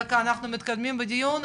אנחנו מתקדמים בדיון,